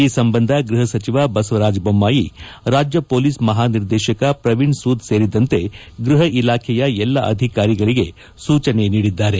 ಈ ಸಂಬಂಧ ಗೃಹ ಸಚಿವ ಬಸವರಾಜ್ ಬೊಮ್ಮಾಯಿ ರಾಜ್ಯ ಪೊಲೀಸ್ ಮಹಾನಿರ್ದೇತಕ ಪ್ರವೀಣ್ ಸೂದ್ ಸೇರಿದಂತೆ ಗೃಹ ಇಲಾಖೆಯ ಎಲ್ಲ ಅಧಿಕಾರಿಗಳಿಗೆ ಸೂಚನೆ ನೀಡಿದ್ದಾರೆ